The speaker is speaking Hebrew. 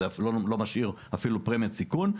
זה לא משאיר אפילו פרמיית סיכון.